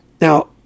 now